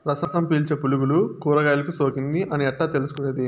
రసం పీల్చే పులుగులు కూరగాయలు కు సోకింది అని ఎట్లా తెలుసుకునేది?